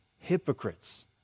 hypocrites